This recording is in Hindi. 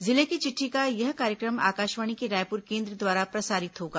जिले की चिट़ठी का यह कार्यक्रम आकाशवाणी के रायप्र केंद्र द्वारा प्रसारित होगा